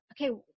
okay